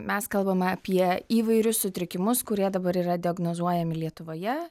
mes kalbam apie įvairius sutrikimus kurie dabar yra diagnozuojami lietuvoje